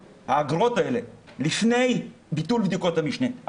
לפני ביטול בדיקות המשנה.